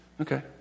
Okay